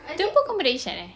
jemput ke irsyad ah